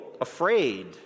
afraid